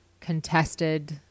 contested